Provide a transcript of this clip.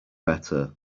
better